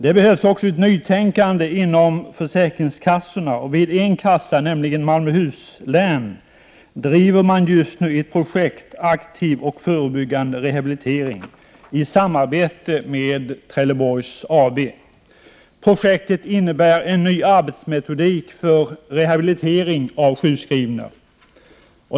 Det behövs vidare ett nytänkande inom försäkringskassorna. Vid en försäkringskassa, nämligen i Malmöhus län, driver man just nu ett projekt ”Aktiv och förebyggande rehabilitering” i samarbete med Trelleborg AB. Projektets syfte är att finna en ny arbetsmetodik för rehabilitering av sjukskrivna.